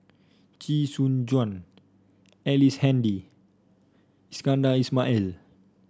Chee Soon Juan Ellice Handy Iskandar Ismail